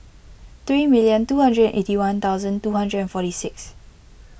three million two hundred eighty one thousand two hundred forty six